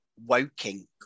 Woking